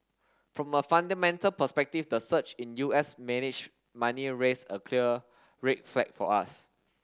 from a fundamental perspective the surge in U S managed money raise a clear red flag for us